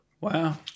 Wow